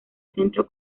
centro